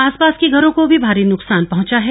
आसपास के घरों को भी भारी नुकसान पहुंचा है